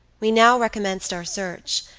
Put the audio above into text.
we now recommenced our search,